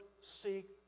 seek